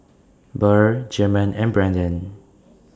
Burr German and Branden